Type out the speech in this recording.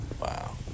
Wow